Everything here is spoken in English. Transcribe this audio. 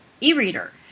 e-reader